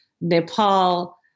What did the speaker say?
Nepal